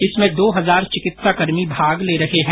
इसमें दो हजार चिकित्साकर्मी भाग ले रहे है